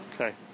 Okay